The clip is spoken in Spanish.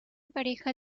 pareja